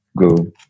go